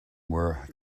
were